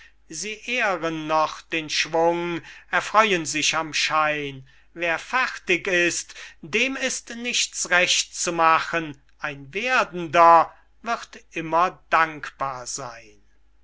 sie ehren noch den schwung erfreuen sich am schein wer fertig ist dem ist nichts recht zu machen ein werdender wird immer dankbar seyn